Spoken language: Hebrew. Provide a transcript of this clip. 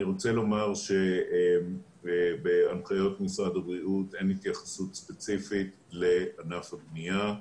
אני רוצה לומר שבהנחיות משרד הבריאות אין התייחסות ספציפית לענף הבנייה.